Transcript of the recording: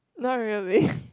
not really